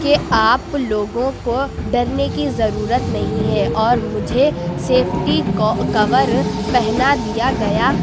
کہ آپ لوگوں کو ڈرنے کی ضرورت نہیں ہے اور مجھے سیفٹی کو کور پہنا دیا گیا